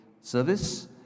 service